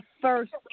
first